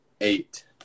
eight